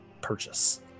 purchase